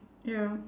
ya